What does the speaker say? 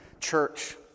church